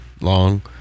Long